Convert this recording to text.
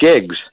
gigs